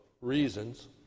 reasons